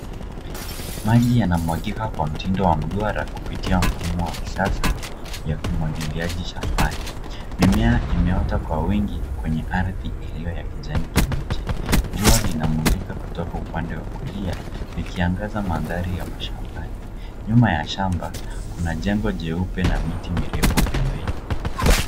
Maji yanamwagika kwa mtindo wa mduara kupitia mfumo wa kisasa ya umwagiliaji shambani. Mimea imeota kwa wingi kwenye ardhi iliyo ya kijani kibichi. Jua linamulika kutoka upande wa kulia likiangaza mandhari ya mashambani. Nyuma ya shamba kuna jengo jeupe na miti mirefu pembeni.